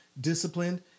disciplined